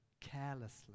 carelessly